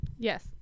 Yes